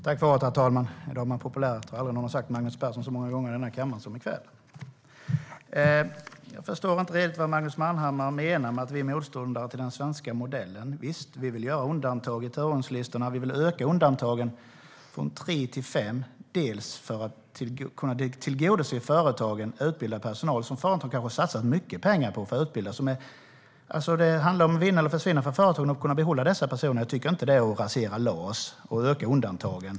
Herr talman! I dag är man populär. Jag tror aldrig att någon har sagt Magnus Persson så många gånger i den här kammaren som i kväll. Jag förstår inte riktigt vad Magnus Manhammar menar med att vi är motståndare till den svenska modellen. Visst, vi vill göra undantag i turordningsreglerna. Vi vill öka undantagen från tre till fem för att tillgodose företagens intresse av att ha utbildat personal som företagen kanske har satsat mycket pengar på för att utbilda. Det handlar om vinna eller försvinna för företagen att kunna behålla dessa personer. Jag tycker inte att det är att rasera LAS och öka undantagen.